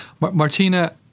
Martina